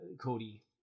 Cody